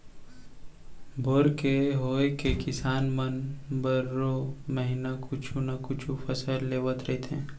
bore के होए ले किसान मन बारो महिना कुछु न कुछु फसल लेवत रहिथे